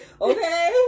okay